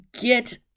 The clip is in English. get